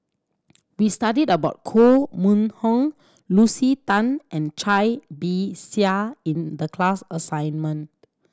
we studied about Koh Mun Hong Lucy Tan and Cai Bixia in the class assignment